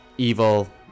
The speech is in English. evil